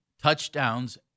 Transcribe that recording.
touchdowns